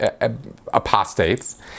apostates